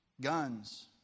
guns